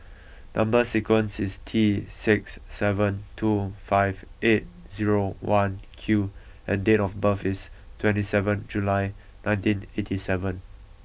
number sequence is T six seven two five eight zero one Q and date of birth is twenty seven July nineteen eighty seven